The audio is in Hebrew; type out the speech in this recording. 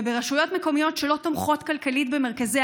וברשויות מקומיות שלא תומכות כלכלית במרכזי